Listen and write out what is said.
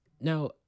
Now